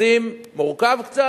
ישים, מורכב קצת.